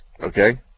Okay